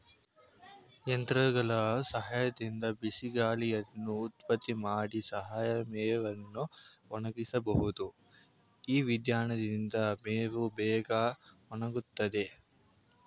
ಯಂತ್ರಗಳ ಸಹಾಯದಿಂದ ಬಿಸಿಗಾಳಿಯನ್ನು ಉತ್ಪತ್ತಿ ಮಾಡಿ ಹಸಿಮೇವನ್ನು ಒಣಗಿಸಬಹುದು ಈ ವಿಧಾನದಿಂದ ಮೇವು ಬೇಗ ಒಣಗುತ್ತದೆ